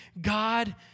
God